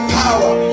power